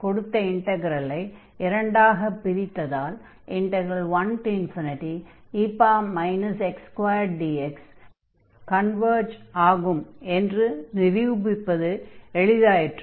கொடுத்த இன்டக்ரலை இரண்டாகப் பிரித்ததால் 1 dx கன்வர்ஜ் ஆகும் என்று நிரூபிப்பது எளிதாயிற்று